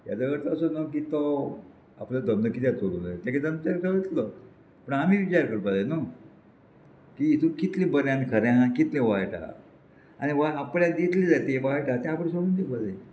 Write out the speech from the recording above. हेजो करता असो न्हू की तो आपलो धंदो कित्याक सोडूं जाय तेगे तमतेलो पूण आमी विचार करपाक जाय न्हू की हितू कितलें बरें आनी खऱ्यां कितलें वायट आहा आनी आपणें दितली जाय ती वायटा तें आपूण सोडून दिवपाक जाय